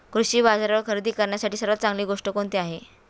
कृषी बाजारावर खरेदी करण्यासाठी सर्वात चांगली गोष्ट कोणती आहे?